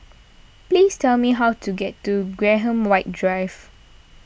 please tell me how to get to Graham White Drive